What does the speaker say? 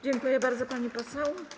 Dziękuję bardzo, pani poseł.